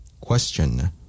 Question